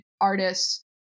artists